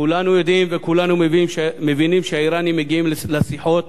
כולנו יודעים וכולנו מבינים שהאירנים מגיעים לשיחות